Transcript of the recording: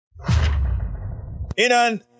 Inan